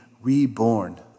reborn